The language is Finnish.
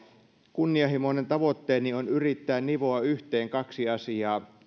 kunnianhimoinen tavoitteeni on yrittää nivoa yhteen kaksi asiaa